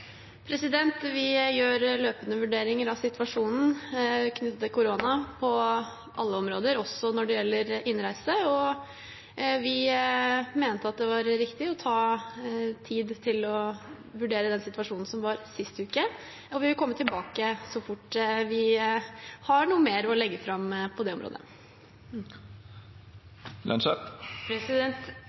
Vi gjør løpende vurderinger av situasjonen knyttet til korona på alle områder, også når det gjelder innreise. Vi mente det var riktig å ta tid til å vurdere den situasjonen som var sist uke, og vi vil komme tilbake så fort vi har noe mer å legge fram på det området.